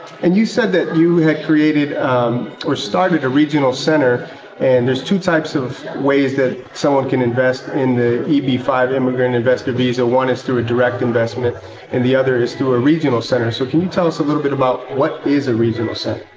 and, you said that you had created or started a regional center and there's two types of ways that someone can invest in the eb five immigrant investor visa one is through a direct investment and the other is through a regional center. so can you tell us a little bit about what is a regional center?